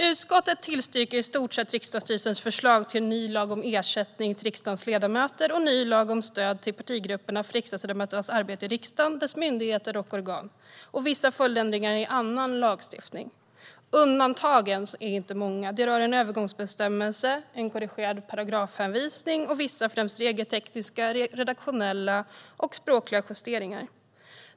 Utskottet tillstyrker i stort sett riksdagsstyrelsens förslag till en ny lag om ersättning till riksdagens ledamöter och en ny lag om stöd till partigrupperna för riksdagsledamöternas arbete i riksdagen och dess myndigheter och organ samt vissa följdändringar i annan lagstiftning. Undantagen är inte många. De rör en övergångsbestämmelse, en korrigerad paragrafhänvisning och vissa främst regeltekniska, redaktionella och språkliga justeringar.